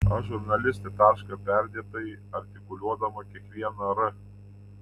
aš žurnalistė tarška perdėtai artikuliuodama kiekvieną r